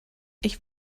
ich